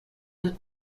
but